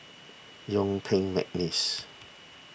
Yuen Peng McNeice